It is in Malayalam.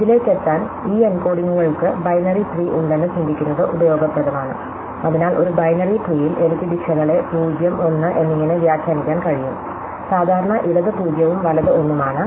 ഇതിലേക്ക് എത്താൻ ഈ എൻകോഡിംഗുകൾക്ക് ബൈനറി ട്രീ ഉണ്ടെന്ന് ചിന്തിക്കുന്നത് ഉപയോഗപ്രദമാണ് അതിനാൽ ഒരു ബൈനറി ട്രീയിൽ എനിക്ക് ദിശകളെ 0 1 എന്നിങ്ങനെ വ്യാഖ്യാനിക്കാൻ കഴിയും സാധാരണ ഇടത് 0 ഉം വലത് 1 ഉം ആണ്